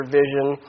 vision